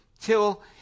till